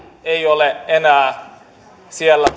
ei ole enää siellä